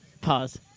Pause